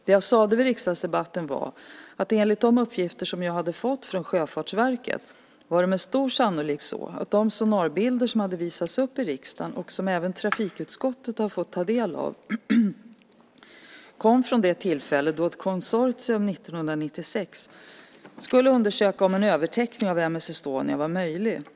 Det jag sade vid riksdagsdebatten var att enligt de uppgifter som jag hade fått från Sjöfartsverket var det med stor sannolikhet så att de sonarbilder som hade visats upp i riksdagen och som även trafikutskottet hade fått ta del av kom från det tillfälle då ett konsortium 1996 skulle undersöka om en övertäckning av M/S Estonia var möjlig.